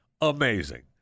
Amazing